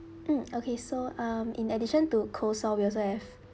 mm okay so um in addition to coleslaw we also have